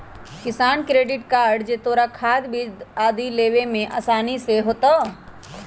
किसान credit card से तोरा खाद, बीज आदि लेवे में आसानी होतउ